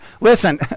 Listen